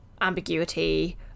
ambiguity